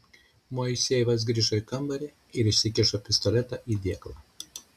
moisejevas grįžo į kambarį ir įsikišo pistoletą į dėklą